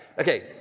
Okay